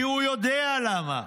כי הוא יודע למה.